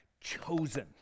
chosen